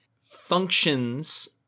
functions